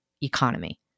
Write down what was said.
economy